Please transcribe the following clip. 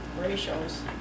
ratios